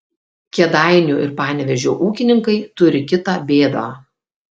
kėdainių ir panevėžio ūkininkai turi kitą bėdą